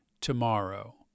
tomorrow